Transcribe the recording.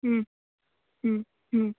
ह्म् ह्म् ह्म्